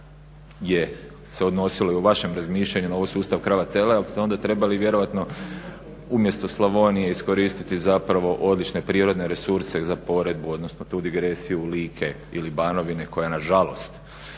je se odnosilo i u vašem razmišljanju na ovaj sustav krava – tele, ali ste onda trebali vjerojatno umjesto Slavonije iskoristiti zapravo odlične prirodne resurse za poredbu, odnosno tu digresiju Like ili Banovine koja na žalost